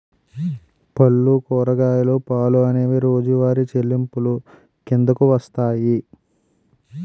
పళ్ళు కూరగాయలు పాలు అనేవి రోజువారి చెల్లింపులు కిందకు వస్తాయి